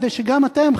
כדי שגם אתם,